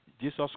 Jesus